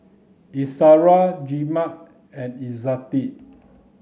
Izara Jebat and Izzati